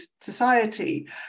society